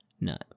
No